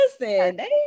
listen